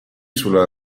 sulla